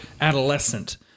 adolescent